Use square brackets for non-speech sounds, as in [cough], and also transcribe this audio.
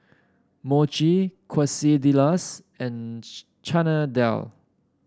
Mochi Quesadillas and [unintelligible] Chana Dal